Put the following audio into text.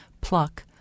Pluck